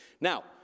now